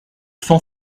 cent